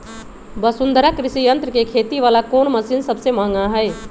वसुंधरा कृषि यंत्र के खेती वाला कोन मशीन सबसे महंगा हई?